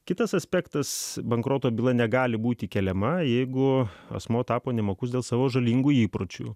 kitas aspektas bankroto byla negali būti keliama jeigu asmuo tapo nemokus dėl savo žalingų įpročių